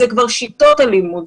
אלה כבר שיטות הלימוד,